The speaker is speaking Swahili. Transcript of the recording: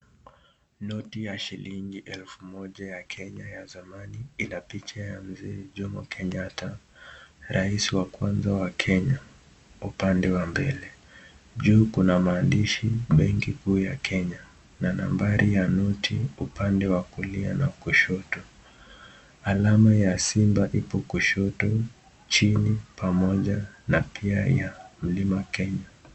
Noti ya shilingi elfu moja ya Kenya ya zamani ina picha ya mzee Jomo Kenyatta rais wa kwanza wa Kenya upande wa mbele. Juu kuna maandishi benki kuu ya Kenya na nambari ya noti upande wa kulia na wakushoto. Alama ya simba ipo kushoto chini pamoja na pia ya mlima Kenya.